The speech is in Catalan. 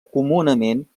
comunament